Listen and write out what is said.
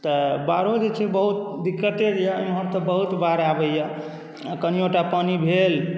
तऽ बाढ़ो जे छै बहुत दिक्कते दैए इमहर तऽ बहुत बाढ़ आबैए कनियो टा पानी भेल